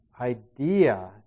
idea